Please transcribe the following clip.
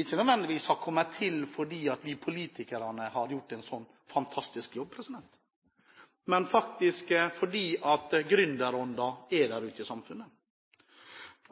ikke nødvendigvis har kommet fordi vi politikere har gjort en sånn fantastisk jobb, men fordi gründerånden er der ute i samfunnet.